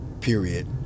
period